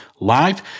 live